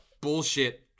bullshit